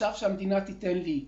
אז שעכשיו המדינה תיתן לי".